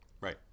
Right